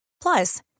Plus